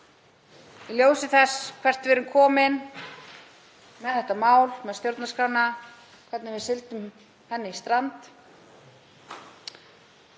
í ljósi þess hvert við erum komin með það mál, með stjórnarskrána, hvernig við sigldum henni í strand,